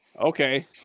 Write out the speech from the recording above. Okay